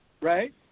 Right